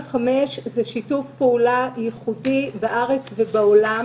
105 זה שיתוף פעולה ייחודי בארץ ובעולם